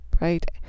right